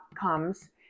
comes